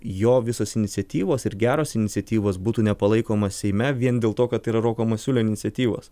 jo visos iniciatyvos ir geros iniciatyvos būtų nepalaikomos seime vien dėl to kad tai yra roko masiulio iniciatyvos